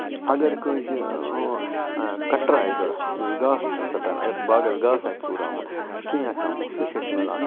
اَگر کٲنسہِ کَٹر آسہِ ضوٚرتھ یُس گاسہٕ آسہِ ژَٹان اَگر باغَس گاسہٕ آسہِ ژوٗرامُت کیٚنہہ آسہِ اَنُن سُہ چھُ اَسہِ مِلان